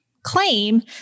Claim